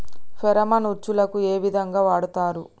Pheromone ఉచ్చులకు ఏ విధంగా వాడుతరు?